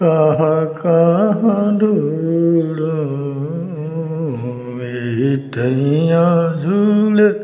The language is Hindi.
कहाँ कहाँ ढूँढू एही ठइयाँ झुल